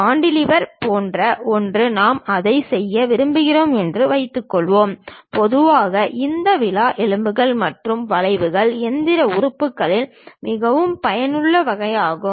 cantilever போன்ற ஒன்று நாம் அதை செய்ய விரும்புகிறோம் என்று வைத்துக்கொள்வோம் பொதுவாக இந்த விலா எலும்புகள் மற்றும் வலைகள் இயந்திர உறுப்புகளின் மிகவும் பயனுள்ள வகையாகும்